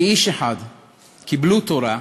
כאיש אחד קיבלו תורה,